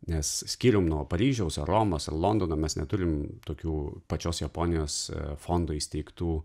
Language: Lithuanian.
nes skyrium nuo paryžiaus ar romos ar londono mes neturim tokių pačios japonijos fondo įsteigtų